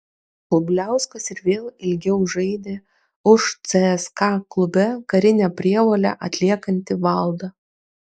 bubliauskas ir vėl ilgiau žaidė už cska klube karinę prievolę atliekantį valdą